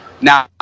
Now